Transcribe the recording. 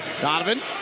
Donovan